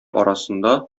арасында